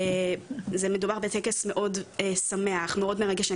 מדובר בטקס מאוד שמח, מאוד מרגש.